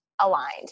aligned